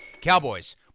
Cowboys